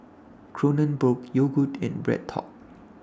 Kronenbourg Yogood and BreadTalk